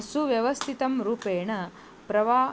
सुव्यवस्थितं रूपेण प्रवहमानं